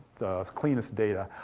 the cleanest data.